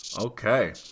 Okay